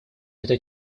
этот